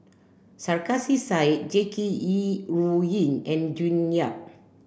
Sarkasi Said Jackie Yi Ru Ying and June Yap